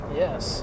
yes